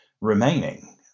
remaining